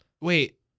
Wait